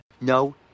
no